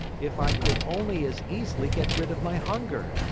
if i could only as easily get rid of my hunger!